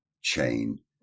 chain